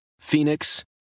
Phoenix